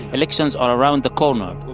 elections are around the corner.